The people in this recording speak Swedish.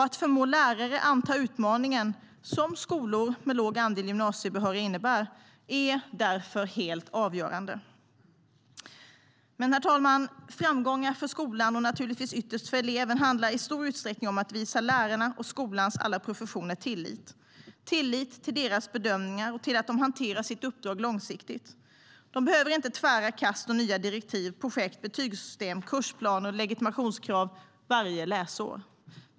Att förmå lärare att anta den utmaning som skolor med låg andel gymnasiebehöriga innebär är därför helt avgörande. Herr talman! Framgångar för skolan och naturligtvis ytterst för eleven handlar i stor utsträckning om att visa lärarna och skolans alla professioner tillit - tillit till deras bedömningar och till att de hanterar sitt uppdrag långsiktigt. De behöver inte tvära kast och nya direktiv, projekt, betygssystem, kursplaner och legitimationskrav varje läsår.